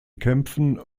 kämpfen